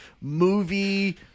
movie